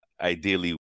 Ideally